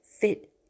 fit